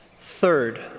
Third